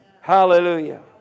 Hallelujah